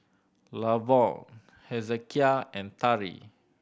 Lavon Hezekiah and Tari